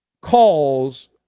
calls